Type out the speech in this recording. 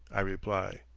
i reply.